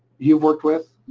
you worked with?